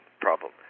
problem